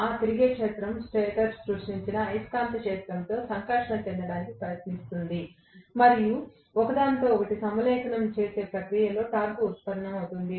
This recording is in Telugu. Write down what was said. ఆ తిరిగే క్షేత్రం స్టేటర్ సృష్టించిన అయస్కాంత క్షేత్రంతో సంకర్షణ చెందడానికి ప్రయత్నిస్తుంది మరియు ఇది ఒకదానితో ఒకటి సమలేఖనం చేసే ప్రక్రియలో టార్క్ను ఉత్పత్తి చేస్తుంది